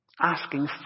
Asking